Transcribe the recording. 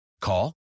Call